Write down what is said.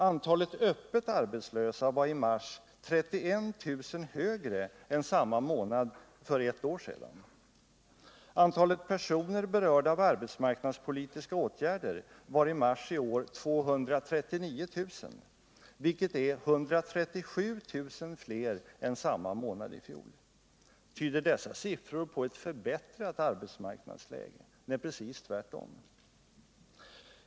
Antalet öppet arbetslösa var i mars 31 000 högre än samma månad för ett år sedan, och antalet personer berörda av arbetsmarknadspolitiska åtgärder var i mars i år 239 000, vilket är 137 000 fler än samma månad i fjol. Tyder dessa siffror på ett förbättrat arbetsmarknadsläge? Nej, tvärtom.